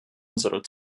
unsere